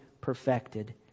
perfected